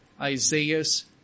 Isaiah's